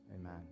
Amen